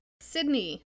Sydney